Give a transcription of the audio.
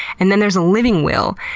and then there's a living will,